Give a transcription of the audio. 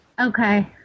Okay